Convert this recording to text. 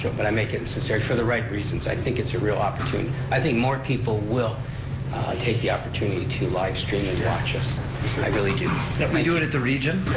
but i make it in sincerity for the right reasons. i think it's a real opportunity. i think more people will take the opportunity to livestream and watch us, i really do. they do it at the region,